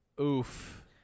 Oof